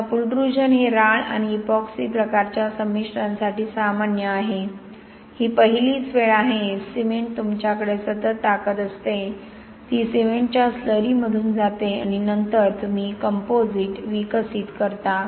आता पुलट्रुजन हे राळ आणि इपॉक्सी प्रकारच्या संमिश्रांसाठी सामान्य आहे ही पहिलीच वेळ आहे सिमेंट तुमच्याकडे सतत ताकद असते ती सिमेंटच्या स्लरीमधून जाते आणि नंतर तुम्ही कंपोझिट विकसित करता